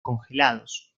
congelados